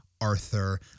Arthur